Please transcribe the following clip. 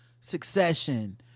succession